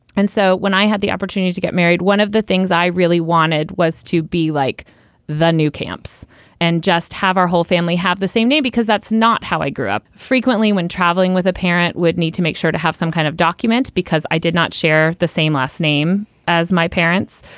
and so when i had the opportunity to get married, one of the things i really wanted was to be like the new camps and just have our whole family have the same name, because that's not how i grew up. frequently when traveling with a parent would need to make sure to have some kind of documents because i did not share the same last name as my parents.